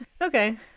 Okay